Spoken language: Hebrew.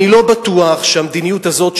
אני לא בטוח שהמדיניות הזאת,